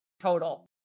total